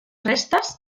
restes